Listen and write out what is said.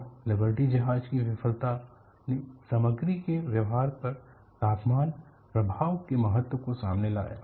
और लिबर्टी जहाज की विफलता ने सामग्री के व्यवहार पर तापमान प्रभाव के महत्व को सामने लाया